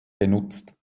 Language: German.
genutzt